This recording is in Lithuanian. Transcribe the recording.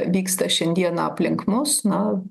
vyksta šiandieną aplink mus na